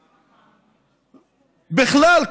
בכלל,